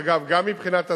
אגב, גם מבחינת ההסברה,